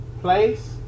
place